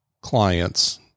clients